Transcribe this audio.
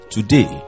Today